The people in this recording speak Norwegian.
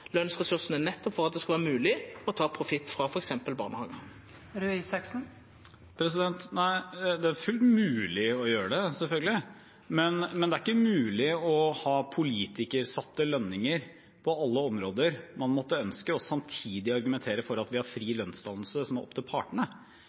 lønsressursane nettopp fordi det skulle vera mogleg å ta profitt frå f.eks. barnehagane? Det er fullt mulig å gjøre det, selvfølgelig, men det er ikke mulig å ha politikersatte lønninger på alle områder man måtte ønske, og samtidig argumentere for at vi har fri